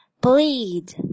bleed